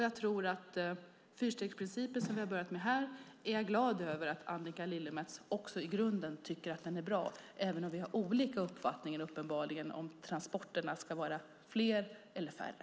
Jag är glad över att Annika Lillemets också i grunden tycker att fyrstegsprincipen, som vi har börjat med här, är bra, även om vi uppenbarligen har olika uppfattningar om huruvida transporterna ska vara fler eller färre.